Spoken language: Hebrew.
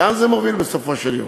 לאן זה מוביל בסופו של דבר?